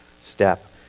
step